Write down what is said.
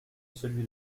celui